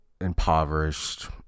impoverished